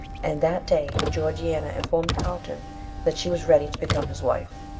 and that day georgiana informed carlton that she was ready to become his wife.